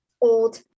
Old